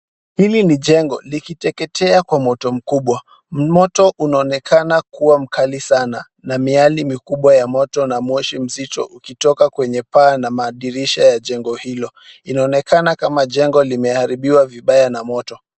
Hili ni jengo likiteketea kwa moto mkubwa, moto unaonekana kuwa mkali sana na miale mkubwa ya moto na moshi mzito ukitoka kwenye paa na madirisha ya jengo hilo. Inaonekana kama jengo limeharibiwa vibaya na moto.